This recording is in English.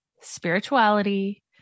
spirituality